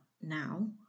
now